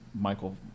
Michael